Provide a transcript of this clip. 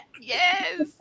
Yes